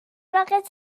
دقیقه